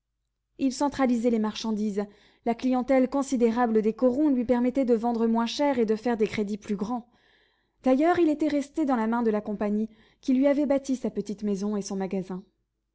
il centralisait les marchandises la clientèle considérable des corons lui permettait de vendre moins cher et de faire des crédits plus grands d'ailleurs il était resté dans la main de la compagnie qui lui avait bâti sa petite maison et son magasin